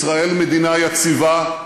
ישראל מדינה יציבה,